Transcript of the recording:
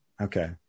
Okay